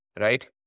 right